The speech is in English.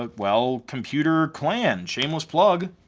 ah well, computer clan. shameless plug.